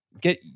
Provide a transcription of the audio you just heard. get